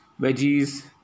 veggies